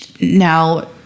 now